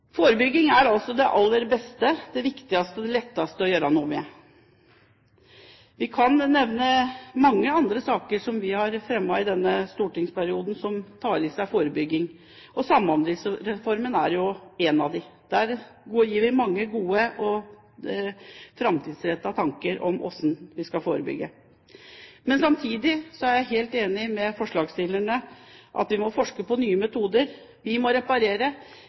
Forebygging er altså det aller beste, det viktigste og det letteste å gjøre noe med. Vi kan nevne mange andre saker som vi har fremmet i denne stortingsperioden, som tar for seg forebygging, og Samhandlingsreformen er jo én av dem. Der har vi mange gode og framtidsrettede tanker om hvordan vi skal forebygge. Men samtidig er jeg helt enig med forslagsstillerne i at vi må forske på nye metoder, vi må reparere,